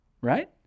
right